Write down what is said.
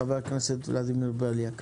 חבר הכנסת ולדימיר בליאק.